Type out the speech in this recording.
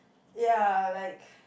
ya like